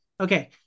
okay